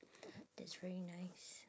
that's very nice